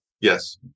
Yes